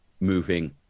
moving